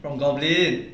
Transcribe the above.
from goblin